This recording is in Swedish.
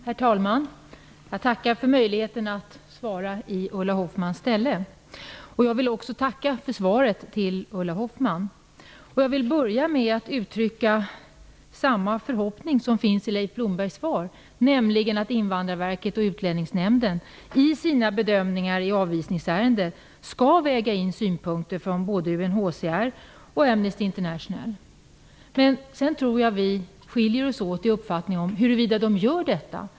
Herr talman! Jag tackar för möjligheten att ta emot svaret i Ulla Hoffmanns ställe, och jag vill också tacka för svaret till Ulla Hoffmann. Jag vill börja med att uttrycka samma förhoppning som finns i Leif Blombergs svar, nämligen att Invandrarverket och Utlänningsnämnden i sina bedömningar i avvisningsärenden väger in synpunkter från både UNHCR och Amnesty International. Sedan tror jag att vi skiljer oss åt i uppfattningen huruvida de gör detta.